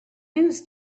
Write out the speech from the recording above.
news